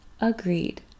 Agreed